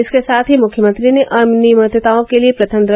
इसके साथ ही मुख्यमंत्री ने अनियमितताओं के लिए प्रथम द्र